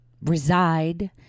reside